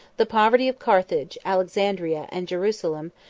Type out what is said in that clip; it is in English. the poverty of carthage, alexandria, and jerusalem,